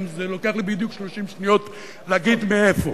זה לוקח לי בדיוק 30 שניות להגיד מאיפה.